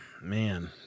Man